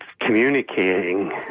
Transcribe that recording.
communicating